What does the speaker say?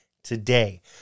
today